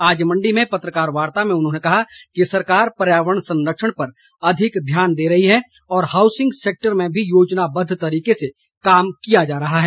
आज मंडी में पत्रकार वार्ता में उन्होंने कहा कि सरकार पर्यावरण संरक्षण पर अधिक ध्यान दे रही है और हाऊसिंग सेक्टर में भी योजनाबद्व तरीके से काम किया जा रहा है